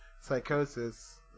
psychosis